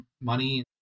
money